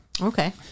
Okay